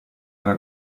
era